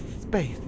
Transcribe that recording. space